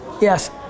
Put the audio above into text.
Yes